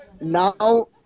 Now